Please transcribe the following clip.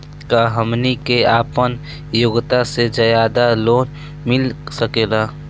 का हमनी के आपन योग्यता से ज्यादा लोन मिल सकेला?